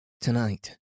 Tonight